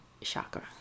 chakra